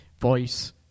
voice